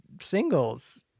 singles